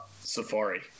safari